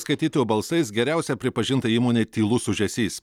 skaitytojų balsais geriausia pripažinta įmonė tylus ūžesys